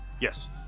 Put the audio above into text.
Yes